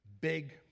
big